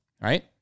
right